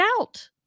out